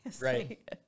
Right